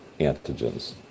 antigens